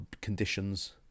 conditions